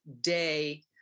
day